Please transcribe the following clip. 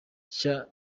nshya